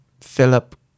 Philip